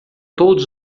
todos